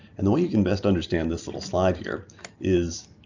and the way you can best understand this little slide here is,